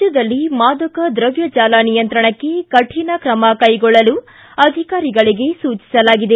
ರಾಜ್ಯದಲ್ಲಿ ಮಾದಕ ದ್ರವ್ಯ ಜಾಲ ನಿಯಂತ್ರಣಕ್ಕೆ ಕಠಿಣ ಕ್ರಮ ಕೈಗೊಳ್ಳಲು ಅಧಿಕಾರಿಗಳಿಗೆ ಸೂಚಿಸಲಾಗಿದೆ